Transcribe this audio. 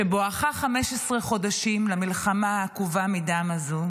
שבואכה 15 חודשים למלחמה עקובה מדם הזו